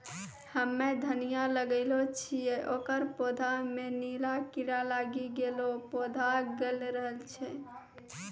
हम्मे धनिया लगैलो छियै ओकर पौधा मे नीला कीड़ा लागी गैलै पौधा गैलरहल छै?